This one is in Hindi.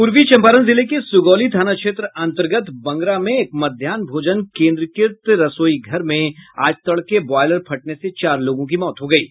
पूर्वी चंपारण जिले के सुगौली थाना क्षेत्र अन्तर्गत बंगरा में एक मध्याहन भोजन केन्द्रीकृत रसोई घर में आज तड़के बॉयलर फटने से चार लोगों की मौत हो गयी